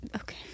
okay